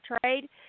trade